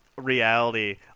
reality